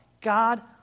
God